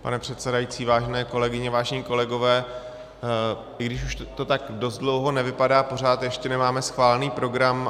Pane předsedající, vážené kolegyně, vážení kolegové, i když už to tak dost dlouho nevypadá, pořád ještě nemáme schválený program.